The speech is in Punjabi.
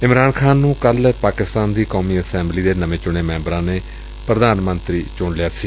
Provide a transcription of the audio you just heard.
ਇਮਰਾਨ ਖ਼ਾਨ ਨੂੰ ਕੱਲ੍ਹ ਪਾਕਿਸਤਾਨ ਦੀ ਕੌਮੀ ਅਸੈਂਬਲੀ ਦੇ ਨਵੇਂ ਚੁਣੇ ਮੈਂਬਰਾਂ ਨੇ ਪ੍ਰਧਾਨ ਮੰਤਰੀ ਚੁਣਿਆ ਸੀ